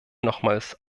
nochmals